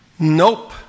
Nope